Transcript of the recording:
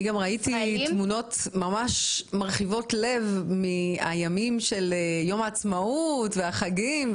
אני גם ראיתי תמונות מרחיבות לב מהימים של יום העצמאות והחגים.